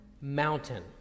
mountain